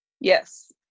Yes